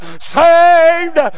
saved